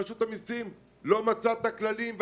רשות המיסים לא מצאה את הכללים.